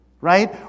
right